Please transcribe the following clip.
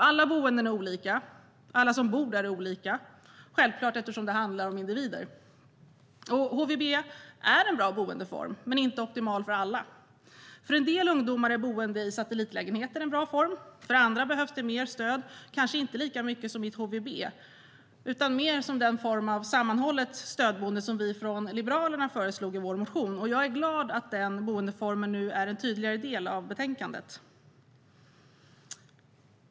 Alla boenden är olika, och alla som bor där är olika - självklart - eftersom det handlar om individer. HVB är en bra boendeform, men den är inte optimal för alla. För en del ungdomar är boende i satellitlägenhet en bra form. För andra behövs det mer stöd, kanske inte lika mycket som i ett HVB utan mer som den form av sammanhållet stödboende som vi från Liberalerna föreslog i vår motion. Jag är glad att den boendeformen nu är en tydligare del av betänkandet.